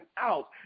out